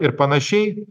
ir panašiai